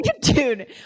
Dude